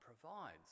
provides